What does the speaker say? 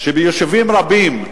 שביישובים רבים,